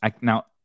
now